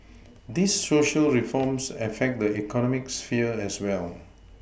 these Social reforms affect the economic sphere as well